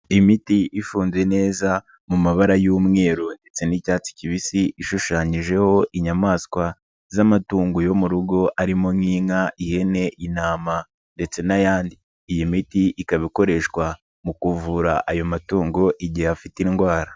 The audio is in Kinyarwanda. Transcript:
Imiti ifunze neza mu mabara y'umweru ndetse n'icyatsi kibisi ishushanyijeho inyamaswa z'amatungo yo mu rugo arimo nk'inka, ihene, intama ndetse n'ayandi, iyi miti ikaba ikoreshwa mu kuvura ayo matungo igihe afite indwara.